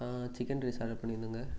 chicken rice order பண்ணியிருந்தேங்க